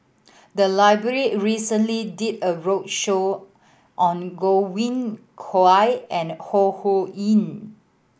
the library recently did a roadshow on Godwin Koay and Ho Ho Ying